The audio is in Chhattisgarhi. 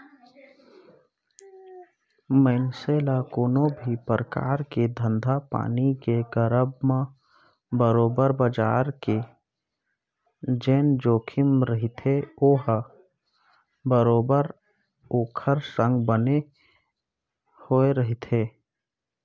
मनसे ल कोनो भी परकार के धंधापानी के करब म बरोबर बजार के जेन जोखिम रहिथे ओहा बरोबर ओखर संग बने होय रहिथे